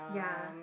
yeah